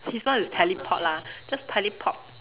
his one is teleport lah just teleport